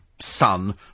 son